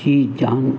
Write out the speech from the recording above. जी जान